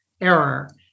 error